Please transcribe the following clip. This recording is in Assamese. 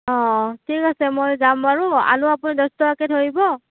অঁ ঠিক আছে মই যাম বাৰু আলু আপুনি দচ টকাকৈ ধৰিব